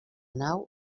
nau